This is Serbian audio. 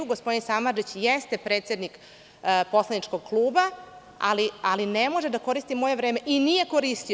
Gospodin Samardžić jeste predsednik poslaničkog kluba, ali ne može da koristi moje vreme i nije koristio.